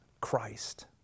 Christ